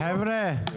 ודאי שכן, למה לא?